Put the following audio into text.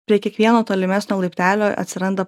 prie kiekvieno tolimesnio laiptelio atsiranda